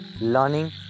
learning